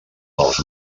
dels